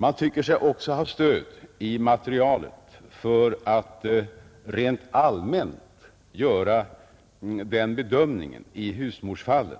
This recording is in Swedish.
Man tycker sig också ha stöd i materialet för att rent allmänt göra den bedömningen beträffande husmorsfallen